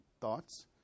thoughts